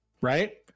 right